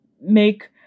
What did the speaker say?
make